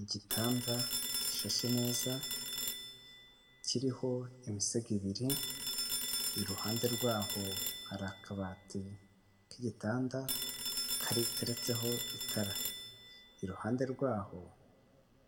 Igitanda gishashe neza kiriho imisego ibiri, iruhande rwaho hari akabati k'igitanda kariteretseho itara, iruhande rwaho